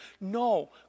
No